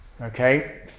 Okay